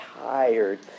tired